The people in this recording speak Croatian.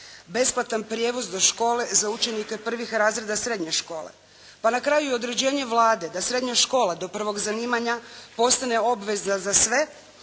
besplatan prijevoz za škole za učenike prvih razreda srednje škole. Pa na kraju i određenje Vlade da srednja škola do prvog zanimanja postane obvezna za sve